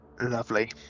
Lovely